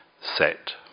set